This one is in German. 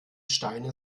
steine